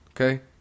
Okay